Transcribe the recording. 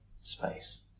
space